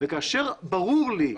וכאשר ברור לי,